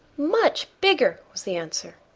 much bigger, was the answer.